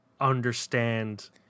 understand